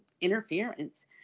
interference